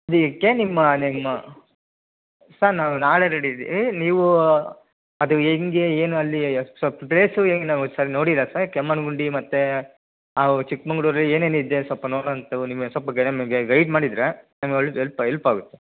ಇದಕ್ಕೆ ನಿಮ್ಮ ನಿಮ್ಮ ಸರ್ ನಾವು ನಾಳೆ ರೆಡಿ ಇದ್ದೀವಿ ನೀವು ಅದು ಹೇಗೆ ಏನು ಅಲ್ಲಿಯ ಪ್ಲೇಸು ಹೇಗೆ ನಾವು ಸರ್ ನೋಡಿಲ್ಲ ಸರ್ ಕೆಮ್ಮಣ್ಣುಗುಂಡಿ ಮತ್ತು ಅವ್ ಚಿಕ್ಕಮಗಳೂರಲ್ಲಿ ಏನೇನಿದೆ ಸ್ವಲ್ಪ ನೋಡೋವಂಥವು ನಿಮ್ಮ ಸ್ವಲ್ಪ ಗೈಡ್ ಮಾಡಿದರೆ ನಮಗೆ ಒಳ್ಳೆ ಹೆಲ್ಪ್ ಹೆಲ್ಪ್ ಆಗುತ್ತೆ